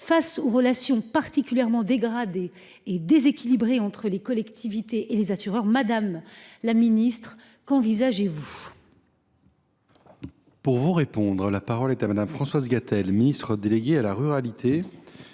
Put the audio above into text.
Face aux relations particulièrement dégradées et déséquilibrées entre les collectivités et les assureurs, qu’envisagez vous,